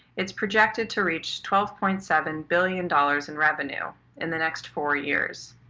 it's projected to reach twelve point seven billion dollars in revenue in the next four years.